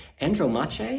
Andromache